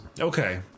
Okay